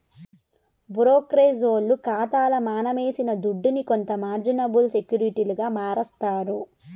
బ్రోకరేజోల్లు కాతాల మనమేసిన దుడ్డుని కొంత మార్జినబుల్ సెక్యూరిటీలుగా మారస్తారు